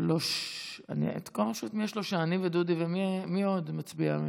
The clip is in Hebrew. שלושה אני ודודי, ומי עוד מצביע?